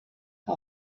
how